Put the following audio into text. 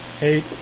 Eight